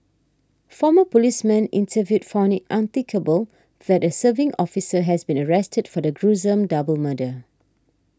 former policemen interviewed found it unthinkable that a serving officer has been arrested for the gruesome double murder